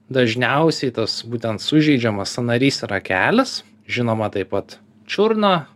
dažniausiai tas būtent sužeidžiamas sąnarys yra kelis žinoma taip pat čiurna